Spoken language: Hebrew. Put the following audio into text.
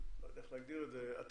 לא יודע איך להגדיר את זה, אטרקטיביות,